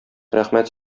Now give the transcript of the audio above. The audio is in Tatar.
рәхмәт